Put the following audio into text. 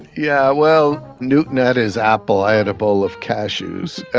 yeah well, newton had his apple, i had a bowl of cashews.